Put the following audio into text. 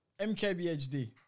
MKBHD